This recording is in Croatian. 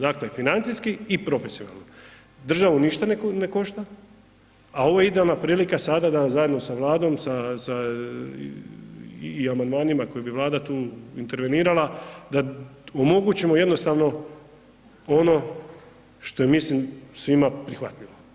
Dakle, financijski i profesionalno, državu ništa ne košta, a ovo je idealna prilika sada da zajedno sa Vladom, sa i amandmanima koje bi Vlada tu intervenirala da omogućimo jednostavno ono što je mislim svima prihvatljivo.